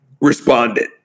responded